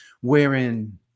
Wherein